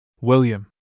William